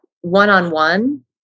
one-on-one